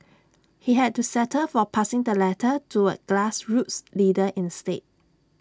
he had to settle for passing the letter to A grassroots leader instead